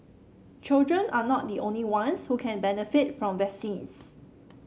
children are not the only ones who can benefit from vaccines